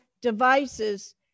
devices